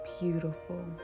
beautiful